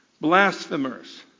blasphemers